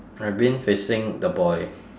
my bin facing the boy